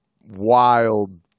wild